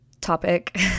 Topic